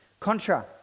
Contra